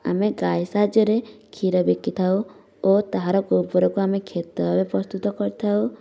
ଆମେ ଗାଈ ସାହାଯ୍ୟରେ କ୍ଷୀର ବିକି ଥାଉ ଓ ତାହାର ଗୋବର କୁ ଆମେ କ୍ଷେତରେ ପ୍ରସ୍ତୁତ କରିଥାଉ